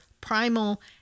Primal